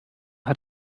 hat